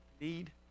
need